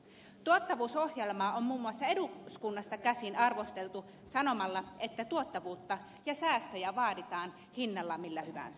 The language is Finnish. tuottavuusohjelmaa on muun muassa eduskunnasta käsin arvosteltu sanomalla että tuottavuutta ja säästöjä vaaditaan hinnalla millä hyvänsä